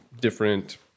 different